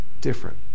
different